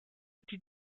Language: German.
die